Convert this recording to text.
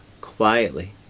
quietly